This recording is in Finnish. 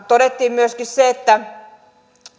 todettiin myöskin se että